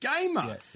gamer